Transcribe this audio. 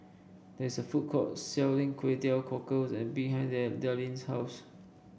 there is a food court selling Kway Teow Cockles behind them Darlene's house